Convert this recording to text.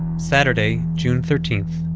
saturday, june thirteenth,